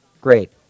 great